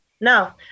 No